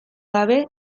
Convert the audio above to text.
gabe